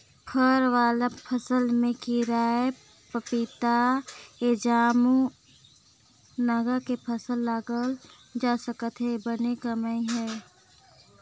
फर वाला फसल में केराएपपीताएजामएमूनगा के फसल लगाल जा सकत हे बने कमई हे